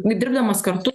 dirbdamas kartu